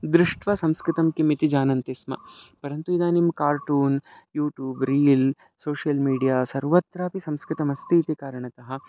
दृष्ट्वा संस्कृतं किम् इति जानन्ति स्म परन्तु इदानीं cartoon YouTube reel social media सर्वत्रापि संस्कृतमस्तीति कारणतः